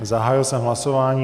Zahájil jsem hlasování.